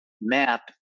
map